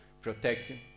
protecting